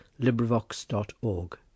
LibriVox.org